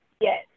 Yes